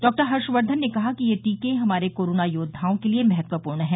डॉ हर्षवर्धन ने कहा कि ये टीके हमारे कोरोना योद्वाओं के लिए महत्वपूर्ण हैं